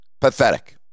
pathetic